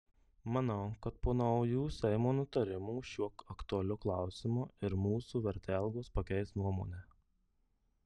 manau kad po naujų seimo nutarimų šiuo aktualiu klausimu ir mūsų vertelgos pakeis nuomonę